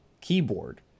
keyboard